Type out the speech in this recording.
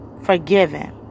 forgiven